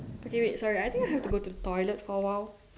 okay wait sorry I think I have to go to toilet for a while